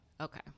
Okay